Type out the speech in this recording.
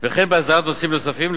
וכן בהסדרת נושאים נוספים,